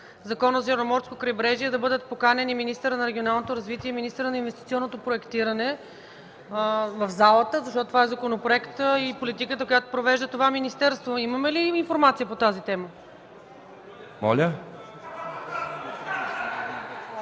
Закона за Черноморското крайбрежие в залата да бъдат поканени министърът на регионалната политика и министърът на инвестиционното проектиране, тъй като това е законопроект и за политиката, която провежда това министерство. Имаме ли информация по тази тема?